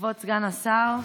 כבוד סגן השר,